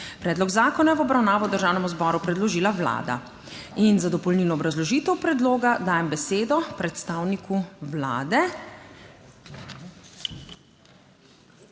Predlog zakona je v obravnavo Državnemu zboru predložila Vlada in za dopolnilno obrazložitev predloga dajem besedo predstavniku Vlade.